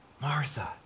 Martha